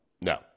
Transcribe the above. No